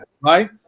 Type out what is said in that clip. right